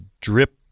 drip